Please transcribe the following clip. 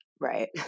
Right